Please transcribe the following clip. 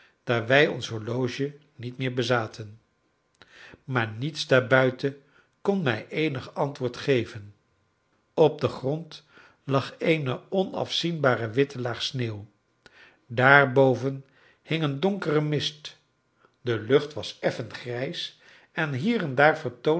daar wij ons horloge niet meer bezaten maar niets daarbuiten kon mij eenig antwoord geven op den grond lag eene onafzienbare witte laag sneeuw daarboven hing een donkere mist de lucht was effen grijs en hier en daar